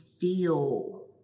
feel